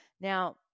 Now